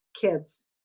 kids